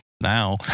now